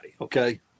okay